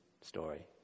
story